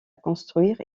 construire